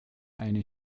eine